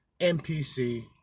NPC